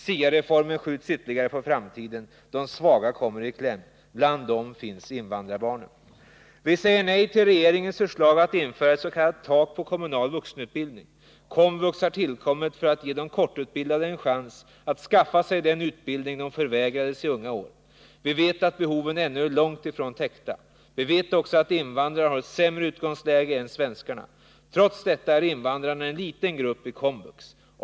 SIA-reformen skjuts ytterligare på framtiden. De svaga kommer i kläm. Bland dem finns invandrarbarnen. n 2. Vi säger nej till regeringens förslag att införa ett s.k. tak på kommunal vuxenutbildning. KOMVUX har tillkommit för att ge de kortutbildade en chans att skaffa sig den utbildning de förvägrades i unga år. Vi vet att behoven ännu är långt ifrån täckta. Vi vet också att invandrarna har ett sämre utgångsläge än svenskarna. Trots detta är invandrarna en liten grupp i KOMVUX.